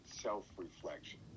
self-reflection